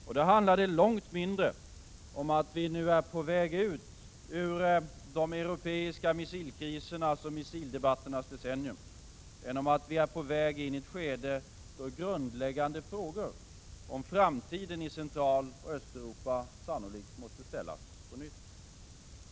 Och då handlade det långt mindre om att vi nu är på väg ut ur de europeiska missilkrisernas och missildebatternas decennium än om att vi är på väg in i ett skede då grundläggande frågor om framtiden i Centraloch Östeuropa sannolikt måste ställas på nytt.